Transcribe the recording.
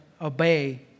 obey